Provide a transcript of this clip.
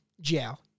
jail